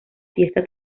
fiesta